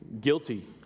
guilty